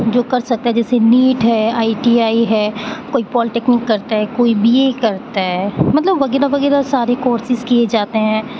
جو کر سکتا جیسے نیٹ ہے آئی ٹی آئی ہے کوئی پالیٹکنک کرتا ہے کوئی بی اے کرتا ہے مطلب وغیرہ وغیرہ سارے کورسز کئے جاتے ہیں